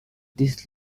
this